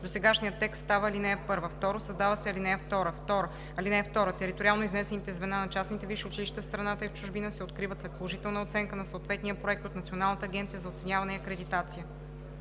Досегашният текст става ал. 1. 2. Създава се ал. 2: „(2) Териториално изнесените звена на частните висши училища в страната и в чужбина се откриват след положителна оценка на съответния проект от Националната агенция за оценяване и акредитация.“